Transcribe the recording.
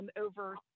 over